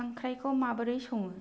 खांख्रायखौ माबोरै सङो